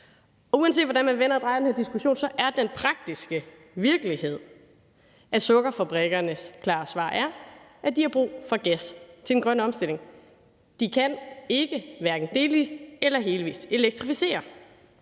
Uanset hvordan man vender og drejer denne diskussion, er den praktiske virkelighed, at sukkerfabrikkernes klare svar er, at de har brug for gas til den grønne omstilling. De kan ikke, hverken delvis eller helt, elektrificeres.